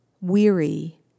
weary